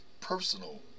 personal